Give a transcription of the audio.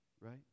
right